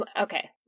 Okay